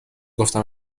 گفتم